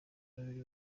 babiri